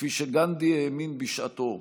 כפי שגנדי האמין בשעתו,